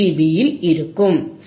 பியில் இருக்கும் சரி